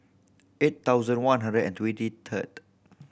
eight thousand one hundred and twenty third